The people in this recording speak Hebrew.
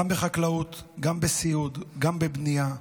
גם בחקלאות, גם בסיעוד, גם בבנייה,